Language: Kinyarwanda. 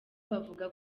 bavuga